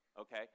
okay